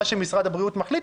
מה שמשרד הבריאות מחליט,